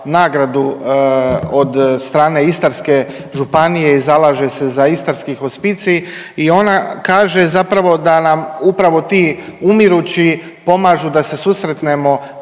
nagradu od strane Istarske županije i zalaže se za istarski hospicij, i ona kaže zapravo da nam upravo ti umirući pomažu da se susretnemo